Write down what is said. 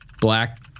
black